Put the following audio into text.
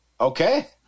Okay